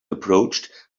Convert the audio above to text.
approached